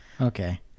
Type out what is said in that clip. okay